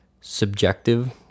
subjective